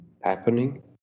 happening